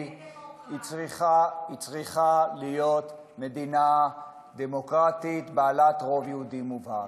היא צריכה להיות מדינה דמוקרטית בעלת רוב יהודי מובהק.